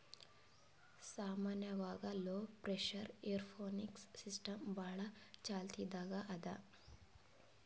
ಸಾಮಾನ್ಯವಾಗ್ low pressure aeroponics system ಭಾಳ್ ಚಾಲ್ತಿದಾಗ್ ಅದಾ